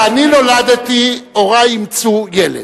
כשאני נולדתי הורי אימצו ילד.